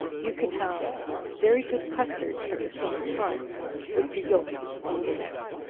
you can have very good custards at the same time with the yelks of the eggs.